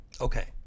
Okay